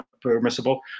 permissible